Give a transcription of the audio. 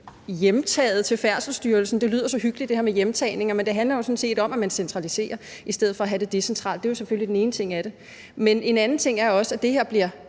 hjemtaget til Færdselsstyrelsen. Det her med hjemtagning lyder så hyggeligt, men det handler jo sådan set om, at man centraliserer i stedet for at have det decentralt. Det er selvfølgelig den ene ting i det. En anden ting er, at det her bliver